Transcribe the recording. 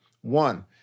One